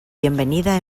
bienvenida